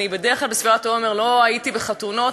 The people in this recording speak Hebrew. בדרך כלל בספירת העומר לא הייתי בחתונות,